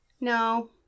No